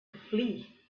flee